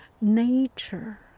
Nature